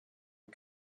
and